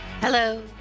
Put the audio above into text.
hello